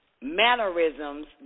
Mannerisms